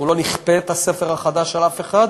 אנחנו לא נכפה את הספר החדש על אף אחד,